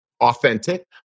authentic